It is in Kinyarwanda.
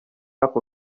ako